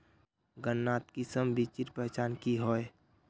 गन्नात किसम बिच्चिर पहचान की होय?